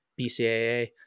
bcaa